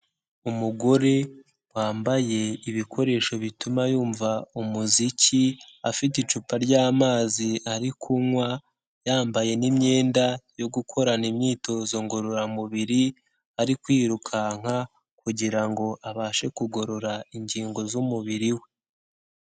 Umugore wambaye ibikoresho bituma yumva umuziki, afite icupa ry'amazi ari kunywa, yambaye n'imyenda yo gukorana imyitozo ngororamubiri, ari kwirukanka kugira ngo abashe kugorora ingingo z'umubiri we.